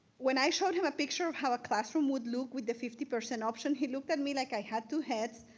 when i showed him a picture of how a classroom would look with the fifty percent option, he looked at me like i had two heads,